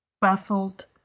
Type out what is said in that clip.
baffled